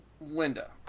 Linda